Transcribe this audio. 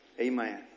Amen